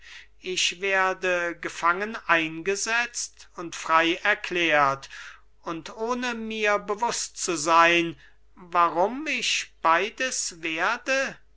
ich werde gefangen eingesetzt und frei erklärt und ohne mir bewußt zu sein warum ich beides werde